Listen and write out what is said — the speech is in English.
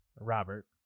Robert